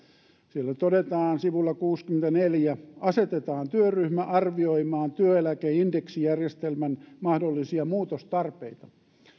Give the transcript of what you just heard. siellä todetaan sivulla kuusikymmentäneljä asetetaan työryhmä arvioimaan työeläkeindeksijärjestelmän mahdollisia muutostarpeita